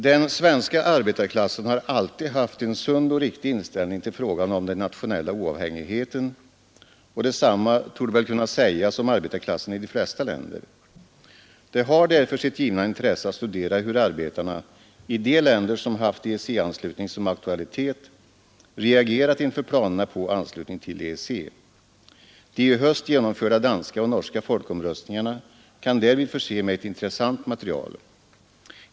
Den svenska arbetarklassen har alltid haft en sund och riktig inställning till frågan om den nationella oavhängigheten, och detsamma givna intresse att studera hur arbetarna i de länder som haft ning som aktualitet reagerat inför planerna på anslutning till höst genomförda danska och norska folkomröstningarna kan därvid förse oss med ett intressant material.